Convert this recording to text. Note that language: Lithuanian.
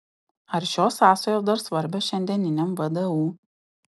ar šios sąsajos dar svarbios šiandieniniam vdu